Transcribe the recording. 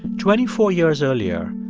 twenty-four years earlier,